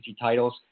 titles